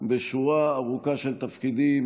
בשורה ארוכה של תפקידים,